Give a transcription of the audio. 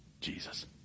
Jesus